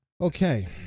Okay